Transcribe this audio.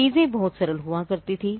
चीजें बहुत सरल हुआ करती थीं